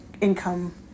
income